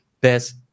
best